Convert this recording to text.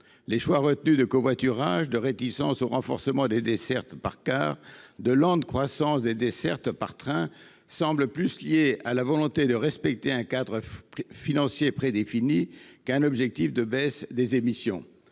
Les choix retenus de covoiturage, de réticence au renforcement des dessertes par car et de lente croissance des dessertes par train semblent davantage liés à la volonté de respecter un cadre financier prédéfini qu’à un objectif de baisse des émissions